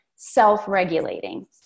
self-regulating